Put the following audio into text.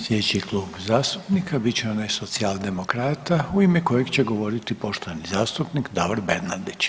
Slijedeći Klub zastupnika bit će onaj Socijal demokrata u ime kojeg će govoriti poštovani zastupnik Davor Bernardić.